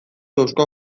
eusko